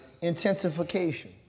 intensification